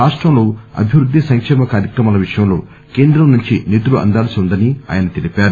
రాష్టంలో అభివృద్ది సంక్షేమ కార్యక్రమాల విషయంలో కేంద్రం నుంచి నిధులు అందాల్పి వుందన్నా రు